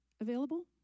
available